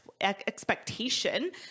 expectation